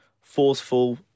forceful